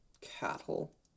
cattle